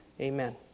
Amen